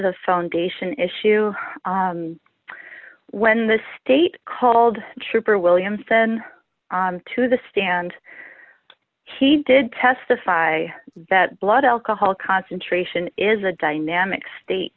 the foundation issue when the state called trooper williamson to the stand he did testify that blood alcohol concentration is a dynamic state